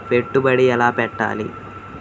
పెట్టుబడి ఎలా పెట్టాలి?